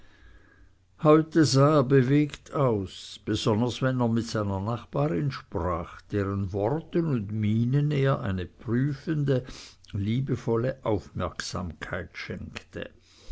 heute sah er bewegt aus besonders wenn er mit seiner nachbarin sprach deren worten und mienen er eine prüfende liebevolle aufmerksamkeit schenkte